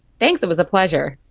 thanks, it was a pleasure.